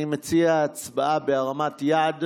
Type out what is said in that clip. אני מציע הצבעה בהרמת יד.